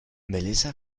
melissa